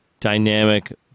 dynamic